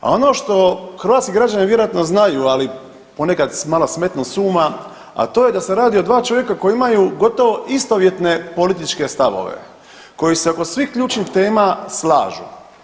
A ono što hrvatski građani vjerojatno znaju, ali ponekad malo smetnu s uma, a to je da se radi o dva čovjeka koji imaju gotovo istovjetne političke stavove, koji se oko svih ključnih tema slažu.